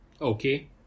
Okay